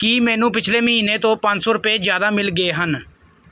ਕੀ ਮੈਨੂੰ ਪਿਛਲੇ ਮਹੀਨੇ ਤੋਂ ਪੰਜ ਸੌ ਰੁਪਏ ਜ਼ਿਆਦਾ ਮਿਲ ਗਏ ਹਨ